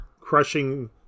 crushing